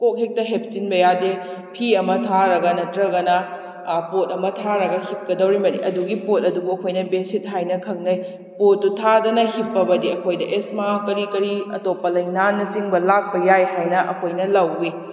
ꯀꯣꯛ ꯍꯦꯛꯇ ꯍꯤꯞꯆꯤꯟꯕ ꯌꯥꯗꯦ ꯐꯤ ꯑꯃ ꯊꯥꯔꯒ ꯅꯠꯇꯔꯒꯅ ꯄꯣꯠ ꯑꯃ ꯊꯥꯔꯒ ꯍꯤꯞꯀꯗꯧꯔꯤꯕꯅꯤ ꯑꯗꯨꯒꯤ ꯄꯣꯠ ꯑꯗꯨꯕꯨ ꯑꯩꯈꯣꯏꯅ ꯕꯦꯠꯁꯤꯠ ꯍꯥꯏꯅ ꯈꯟꯅꯩ ꯄꯣꯠꯇꯨ ꯊꯥꯗꯅ ꯍꯤꯞꯄꯕꯗꯤ ꯑꯩꯈꯣꯏꯗ ꯑꯦꯖꯃꯥ ꯀꯔꯤ ꯀꯔꯤ ꯑꯇꯣꯞꯄ ꯂꯥꯏꯅꯥꯅꯆꯤꯡꯕ ꯂꯥꯛꯄ ꯌꯥꯏ ꯍꯥꯏꯅ ꯑꯩꯈꯣꯏꯅ ꯂꯧꯏ